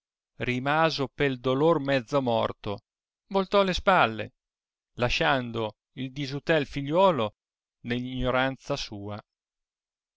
rimaso pel dolor mezzo morto voltò le spalle lasciando il disutel figliuolo nell ignoranza sua